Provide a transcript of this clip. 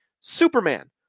Superman